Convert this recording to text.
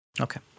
Okay